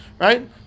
right